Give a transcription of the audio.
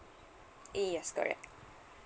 yes yes correct